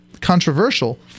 controversial